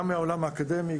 גם מהעולם האקדמי,